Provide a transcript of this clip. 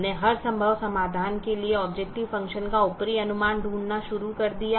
हमने हर संभव समाधान के लिए ऑबजेकटिव फ़ंक्शन का ऊपरी अनुमान ढूंढना शुरू कर दिया